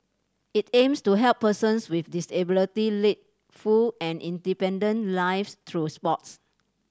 it aims to help persons with disability lead full and independent lives through sports